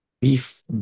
beef